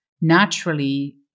naturally